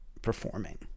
performing